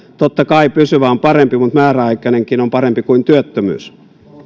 totta kai pysyvä on parempi mutta määräaikainenkin on parempi kuin työttömyys